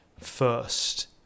first